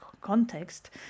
context